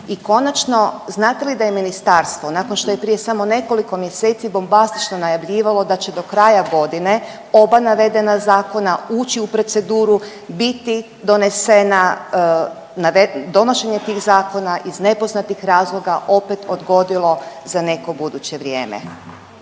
I konačno znate li da je ministarstvo nakon što je prije samo nekoliko mjeseci bombastično najavljivalo da će do kraja godine oba navedena zakona ući u proceduru i biti donesena, donošenje tih zakona iz nepoznatih razloga opet odgodilo za neko buduće vrijeme,